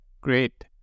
Great